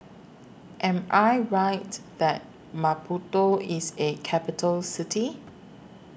Am I Right that Maputo IS A Capital City